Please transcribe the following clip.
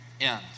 end